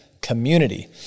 community